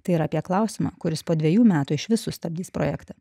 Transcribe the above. tai yra apie klausimą kuris po dvejų metų išvis sustabdys projektą